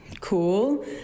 cool